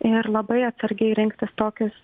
ir labai atsargiai rinktis tokius